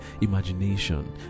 Imagination